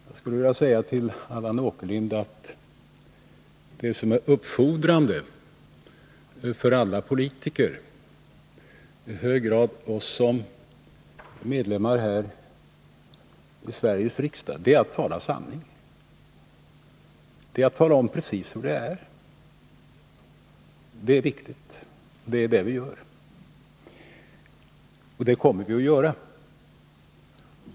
Jag skulle vilja säga till Allan Åkerlind att det som är uppfordrande för alla politiker och i hög grad för oss som är ledamöter av Sveriges riksdag är att tala sanning, att redovisa fakta. Det är viktigt, och det är vad vi gör och kommer att göra.